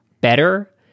better